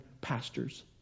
pastors